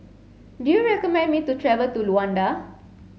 do you recommend me to travel to Luanda